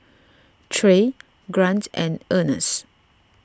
Trey Grant and Earnest